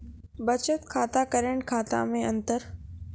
बचत खाता करेंट खाता मे अंतर?